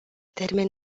termen